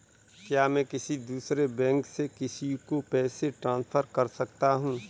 क्या मैं किसी दूसरे बैंक से किसी को पैसे ट्रांसफर कर सकता हूँ?